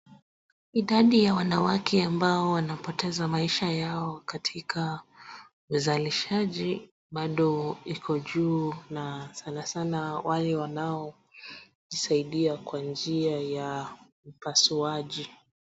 Idadi ya wanawake ambao wanapoteza maisha yao katika uzalishaji bado iko juu na sana sana wale wanaojisaidia kwa njia ya upasuaji .